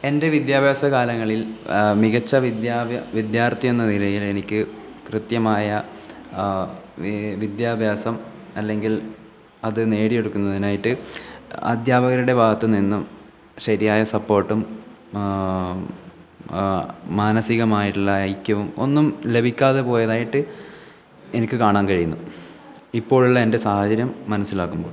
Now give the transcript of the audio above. എൻ്റെ വിദ്യാഭ്യാസ കാലങ്ങളിൽ മികച്ച വിദ്യാഭ്യ വിദ്യാർത്ഥി എന്ന നിലയിൽ എനിക്ക് കൃത്യമായ വെ വിദ്യാഭ്യാസം അല്ലെങ്കിൽ അത് നേടിയെടുക്കുന്നതിനായിട്ട് അധ്യാപകരുടെ ഭാഗത്തുനിന്നും ശരിയായ സപ്പോർട്ടും മാനസികമായിട്ടുള്ള ഐക്യവും ഒന്നും ലഭിക്കാതെ പോയതായിട്ട് എനിക്ക് കാണാൻ കഴിയുന്നു ഇപ്പോഴുള്ള എൻ്റെ സാഹചര്യം മനസ്സിലാക്കുമ്പോൾ